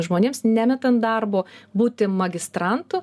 žmonėms nemetan darbo būti magistrantu